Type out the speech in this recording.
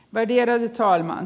värderade talman